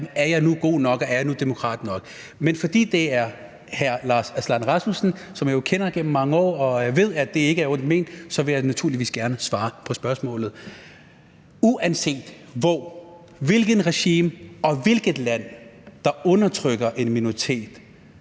at jeg er god nok, og at jeg er demokratisk nok. Men fordi det er hr. Lars Aslan Rasmussen, som jeg jo har kendt igennem mange år, ved jeg, at det ikke er ondt ment, og så vil jeg naturligvis gerne svare på spørgsmålet. Uanset hvilket regime og hvilket land der undertrykker en minoritet,